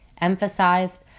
emphasized